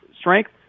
strength